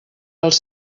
als